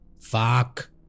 Fuck